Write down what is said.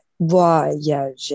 Voyager